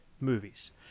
movies